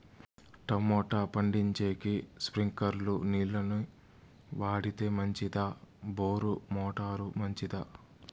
Tomato పండించేకి స్ప్రింక్లర్లు నీళ్ళ ని వాడితే మంచిదా బోరు మోటారు మంచిదా?